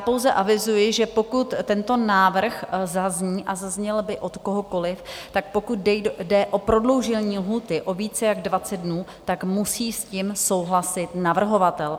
Pouze avizuji, že pokud tento návrh zazní a zazněl by od kohokoliv, tak pokud jde o prodloužení lhůty o více jak 20 dnů, tak s tím musí souhlasit navrhovatel.